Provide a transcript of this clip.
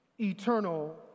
eternal